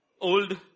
old